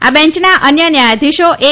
આ બેંચના અન્ય ન્યાયાધીશો એસ